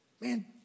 Man